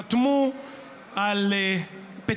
אדוני היושב-ראש, חתמו על פטיציה,